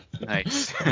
Nice